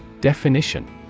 Definition